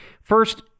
First